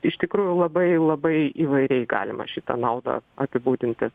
iš tikrųjų labai labai įvairiai galima šitą naudą apibūdinti